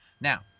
Now